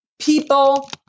people